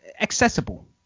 accessible